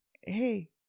hey